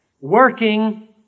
working